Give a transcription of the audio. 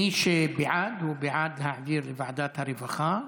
מי שבעד הוא בעד להעביר לוועדת הרווחה,